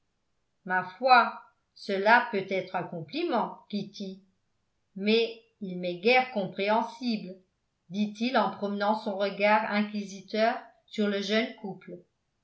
ma foi cela peut être un compliment kitty mais il m'est guère compréhensible dit-il en promenant son regard inquisiteur sur le jeune couple